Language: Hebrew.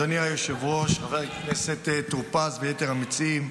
אדוני היושב-ראש, חבר הכנסת טור פז ויתר המציעים,